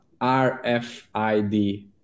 RFID